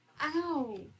Ow